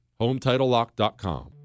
HomeTitleLock.com